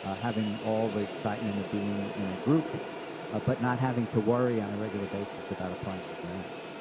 ah having all the excitement of being in a group ah but not having to worry on a regular basis about applying for grants,